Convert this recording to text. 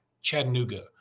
Chattanooga